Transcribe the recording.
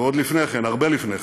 ועוד לפני כן, הרבה לפני כן,